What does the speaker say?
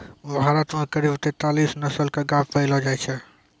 भारत मॅ करीब तेतालीस नस्ल के गाय पैलो जाय छै